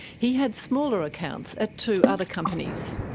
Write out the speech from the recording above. he had smaller accounts at two other companies,